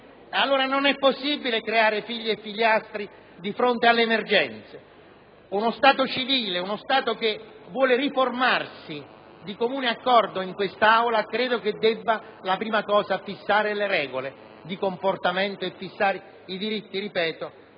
nulla. Non è possibile creare figli e figliastri di fronte alle emergenze! Uno Stato civile, uno Stato che vuole riformarsi di comune accordo in quest'Aula credo che debba per prima cosa fissare le regole di comportamento e i diritti, ripeto,